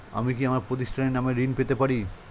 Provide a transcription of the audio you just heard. আমি কি আমার প্রতিষ্ঠানের নামে ঋণ পেতে পারি?